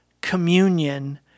communion